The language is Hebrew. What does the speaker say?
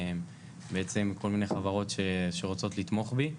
בעצם כל מיני חברות שרוצות לתמוך בי.